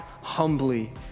humbly